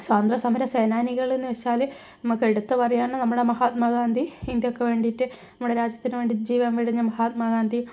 സ്വാതന്ത്ര്യ സമര സേനാനികളെന്നുവെച്ചാൽ നമുക്ക് എടുത്തു പറയാവുന്ന നമ്മുടെ മഹാത്മാഗാന്ധി ഇന്ത്യക്ക് വേണ്ടിയിട്ട് നമ്മുടെ രാജ്യത്തിന് വേണ്ടിയിട്ട് ജീവൻ വെടിഞ്ഞ മഹാത്മാ ഗാന്ധി